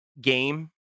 game